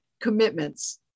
commitments